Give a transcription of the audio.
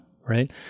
right